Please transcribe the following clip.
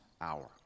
hour